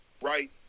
Right